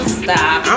stop